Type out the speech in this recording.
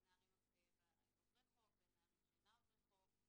בין נערים עוברי חוק לבין נערים שאינם עוברי חוק,